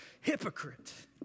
hypocrite